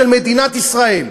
של מדינת ישראל.